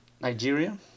Nigeria